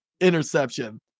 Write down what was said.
interception